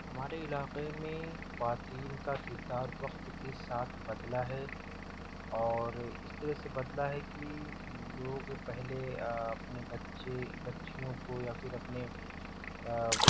ہمارے علاقے میں خواتین کا کردار وقت کے ساتھ بدلا ہے اور اس طرح سے بدلا ہے کہ لوگ پہلے اپنے بچے بچیوں کو یا پھر اپنے